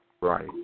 Right